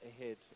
ahead